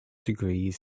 degrees